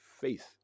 faith